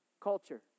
culture